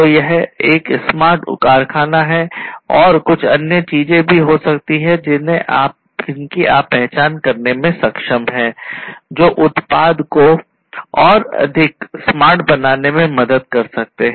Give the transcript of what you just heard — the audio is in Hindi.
तो यह एक स्मार्ट कारखाना है और कुछ अन्य चीजें भी हो सकती हैं जिनकी आप पहचान करने में सक्षम है जो उत्पाद को अधिक स्मार्ट बनाने में मदद कर सकते है